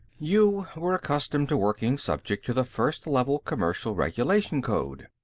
you were accustomed to working subject to the first level commercial regulation code.